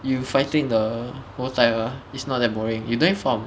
you fighting the maokai mah it's not that boring you doing form